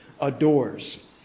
adores